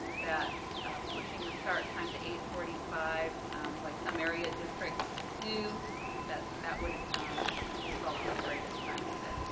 that pushing the start time to eight forty five like some areas districts do that that would result in the greatest benefit.